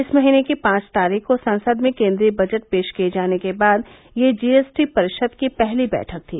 इस महीने की पांच तारीख को संसद में केन्द्रीय बजट पेश किए जाने के बाद यह जीएसटी परिषद की पहली बैठक थी